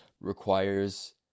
requires